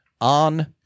on